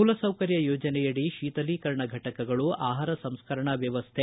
ಮೂಲ ಸೌಕರ್ಯ ಯೋಜನೆಯಡಿ ಶೀತಲೀಕತರಣ ಫಟಕಗಳು ಆಹಾರ ಸಂಸ್ಕರಣಾ ವ್ಯವಸ್ಥೆ